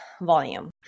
volume